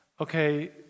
okay